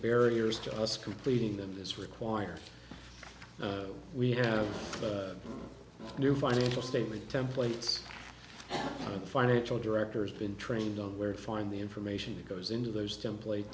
barriers to us completing them this requires we have new financial statement templates on the financial director's been trained on where to find the information that goes into those